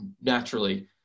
Naturally